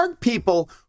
people